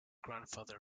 grandfather